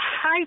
Hi